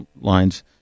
lines